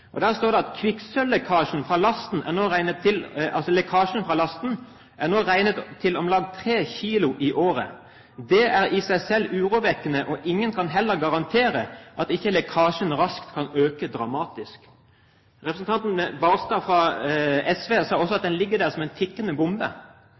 at det glimter til også i Arbeiderpartiet. Der står det: «Kvikksølvlekkasjen frå lasta er nå regnet til om lag 3 kilo i året. Det er i seg selv urovekkende, og ingen kan heller garantere at ikke lekkasjen raskt kan auka dramatisk.» Representanten Barstad fra SV sa også at